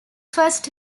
first